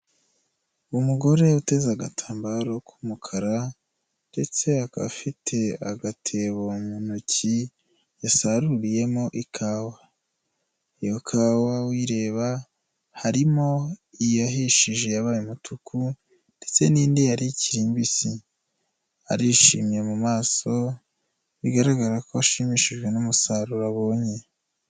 Umugore Uteze agatambaro k'umukara ndetse akaba afite agatebo mu ntoki yasaruriyemo ikawa, iyo ikawa uyireba harimo iyahishije yabaye umutuku ndetse n'indi yari ikiri mbisi, arishimye mu maso bigaragara ko ashimishijwe n'umusaruro abonye.